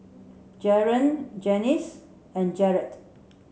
Jaren Janis and Garret